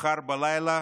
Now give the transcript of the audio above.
מחר בלילה